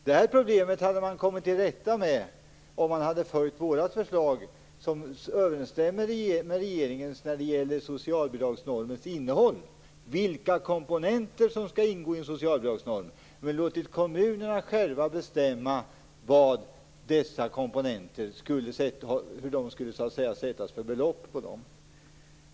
Det här problemet hade man kommit till rätta med om man hade följt vårt förslag som överensstämmer med regeringens när det gäller socialbidragsnormens innehåll, alltså vilka komponenter som skall ingå i en socialbidragsnorm, och låtit kommunerna själva bestämma beloppen.